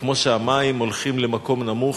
וכמו שהמים הולכים למקום נמוך,